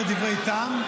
אתה אומר דברי טעם.